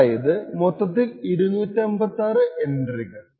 അതായത് മൊത്തത്തിൽ 256 എൻട്രികൾ